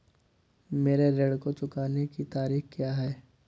मेरे ऋण को चुकाने की तारीख़ क्या है?